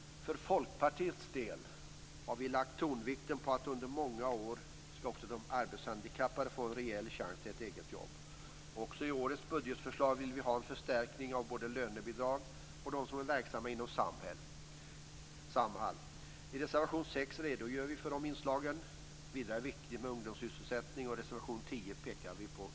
För Folkpartiets del har vi under många år lagt tonvikten på att också de arbetshandikappade skall ha en rejäl chans till ett eget jobb. Också i årets budgetförslag vill vi ha en förstärkning av både lönebidrag och anslag till dem som är verksamma inom Samhall. I reservation 6 redogör vi de förslagen. Vidare är det viktigt med ungdomssysselsättning, och i reservation 10 pekar vi på det.